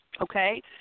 Okay